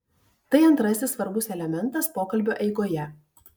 tai antrasis svarbus elementas pokalbio eigoje